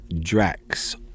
Drax